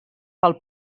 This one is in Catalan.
pel